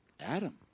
Adam